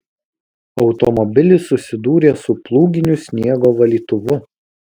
automobilis susidūrė su plūginiu sniego valytuvu